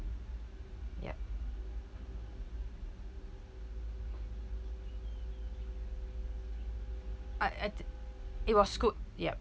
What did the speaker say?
uh at~ it was scoot yup